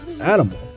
animal